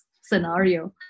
scenario